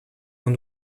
con